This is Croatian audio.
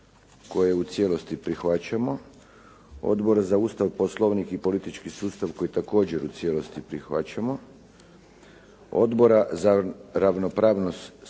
koje u cijelosti prihvaćamo, Odbora za Ustav, Poslovnik i politički sustav koji također u cijelosti prihvaćamo. Odbora za ravnopravnost spolova